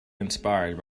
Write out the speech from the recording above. inspired